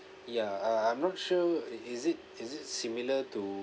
ya uh I'm not sure it is it is it similar to